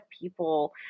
people